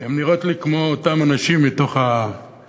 כי הן נראות לי כמו אותן הנשים מתוך השיר